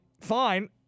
Fine